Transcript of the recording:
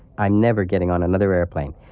i'm never getting on another airplane.